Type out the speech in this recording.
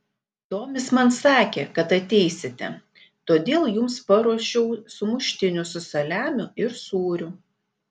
tomis man sakė kad ateisite todėl jums paruošiau sumuštinių su saliamiu ir sūriu